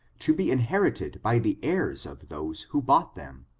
to be inherited by the heirs of those who bought them,